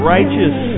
Righteous